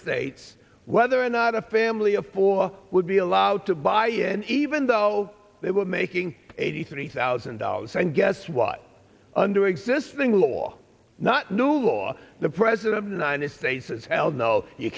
states whether or not a family of four would be allowed to buy and even though they were making eighty three thousand dollars and guess what under existing law not new law the president nine estates is hell no you